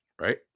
Right